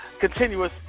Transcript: Continuous